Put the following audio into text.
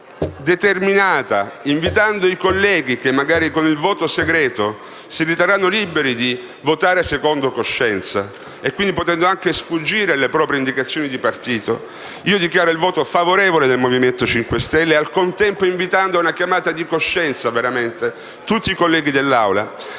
determinata, rivolgendomi ai colleghi che, magari, con il voto segreto, si riterranno liberi di votare secondo coscienza, potendo anche sfuggire alle indicazioni di partito, dichiaro il voto favorevole del Movimento 5 Stelle, al contempo invitando ad una chiamata di coscienza tutti i colleghi dell'Assemblea,